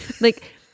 Like-